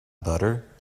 butter